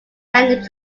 end